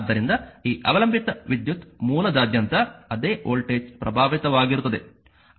ಆದ್ದರಿಂದ ಈ ಅವಲಂಬಿತ ವಿದ್ಯುತ್ ಮೂಲದಾದ್ಯಂತ ಅದೇ ವೋಲ್ಟೇಜ್ ಪ್ರಭಾವಿತವಾಗಿರುತ್ತದೆ